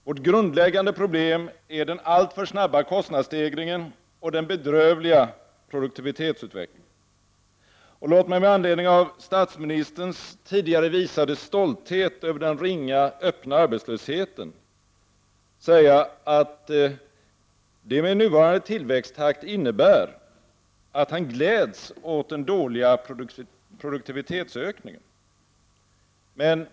Vårt grundläggande problem är den alltför snabba kostnadsstegringen och den bedrövliga produktivitetsutvecklingen. Låt mig med anledning av statsministerns tidigare visade stolthet över den ringa öppna arbetslösheten säga att det med nuvarande tillväxttakt innebär att han gläds åt den dåliga produktivitetsökningen.